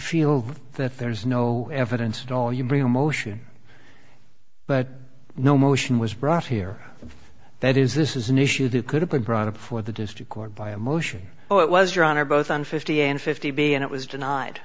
feel that there is no evidence at all you bring a motion but no motion was brought here that is this is an issue that could have been brought before the district court by a motion oh it was your honor both on fifty and fifty b and it was denied